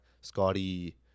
Scotty